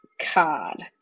card